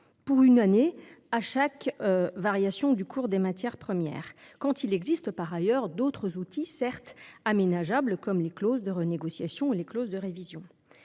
pour une année à chaque variation du cours des matières premières, quand il existe d’autres outils aménageables, comme les clauses de renégociations ou de révisions